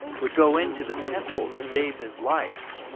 would go into the temple to save his life?